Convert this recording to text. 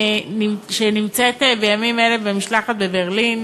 שנמצאת בימים אלה בברלין